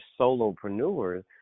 solopreneurs